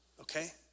Okay